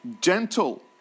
gentle